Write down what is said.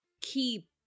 keep